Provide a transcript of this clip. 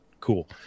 cool